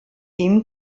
ihm